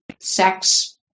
sex